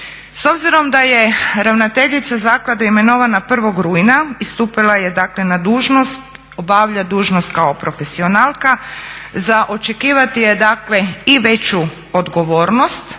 S obzirom da je ravnateljica zaklade imenovana 1.rujna i stupila je na dužnost, obavlja dužnost kao profesionalka, za očekivati je i veću odgovornost,